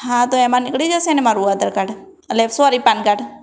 હા તો એમાં નીકળી જશે ને મારું આધાર કાડ એટલે સોરી પાનકાડ